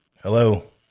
Hello